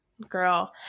Girl